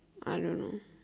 I don't know